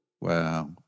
Wow